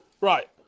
Right